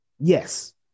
yes